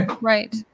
Right